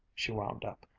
she wound up,